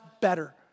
better